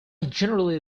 generally